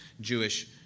Jewish